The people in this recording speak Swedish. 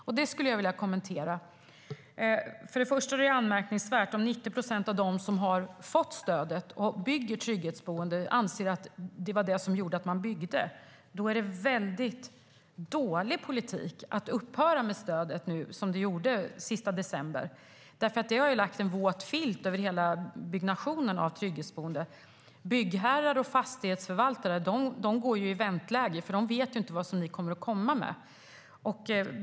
Det skulle jag vilja kommentera. Först och främst är detta anmärkningsvärt. Om 90 procent av dem som har fått stödet och som byggt trygghetsboenden anser att det var stödet som gjorde att man byggde är det väldigt dålig politik att upphöra med stödet - det upphörde den sista december. Detta har lagt en våt filt över hela byggnationen av trygghetsboenden. Byggherrar och fastighetsförvaltare är i vänteläge, för de vet inte vad ni kommer att komma med.